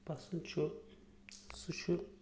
پَسنٛد چھُ سُہ چھُ